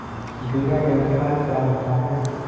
Visa debit card क्या होता है?